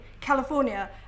california